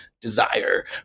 desire